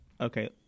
okay